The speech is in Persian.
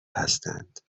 هستند